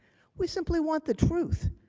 we simply want the truth.